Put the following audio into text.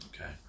okay